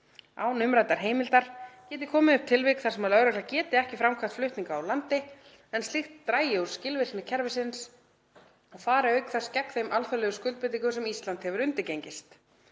Án umræddrar heimildar geti komið upp tilvik þar sem lögregla geti ekki framkvæmt flutninga úr landi en slíkt dragi úr skilvirkni kerfisins og fari auk þess gegn þeim alþjóðlegu skuldbindingum sem Ísland hefur undirgengist.“